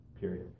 period